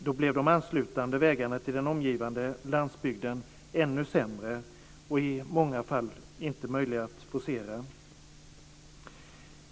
De anslutande vägarna till den omgivande landsbygden var ännu sämre och i många fall inte möjliga att forcera.